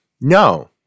No